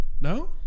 No